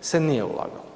se nije ulagalo.